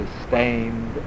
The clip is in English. sustained